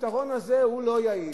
הפתרון הזה הוא לא יעיל,